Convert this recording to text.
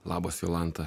labas jolanta